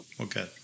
Okay